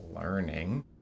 learning